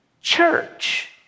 church